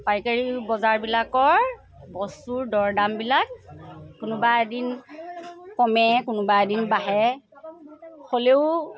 পাইকাৰী বজাৰবিলাকৰ বস্তুৰ দৰ দামবিলাক কোনোবা এদিন কমে কোনোবা এদিন বাঢ়ে হ'লেও